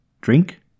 Drink